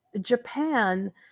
Japan